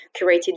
curated